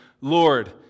Lord